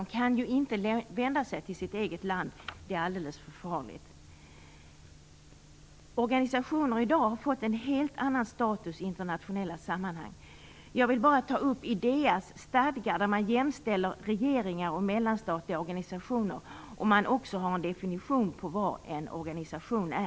De kan ofta inte vända sig till sitt eget land - det är alldeles för farligt. Organisationer har i dag fått en helt annan status i internationella sammanhang. Jag vill bara ta upp IDEA:s stadgar, där man jämställer regeringar och mellanstatliga organisationer och även har en definition av vad en organisation är.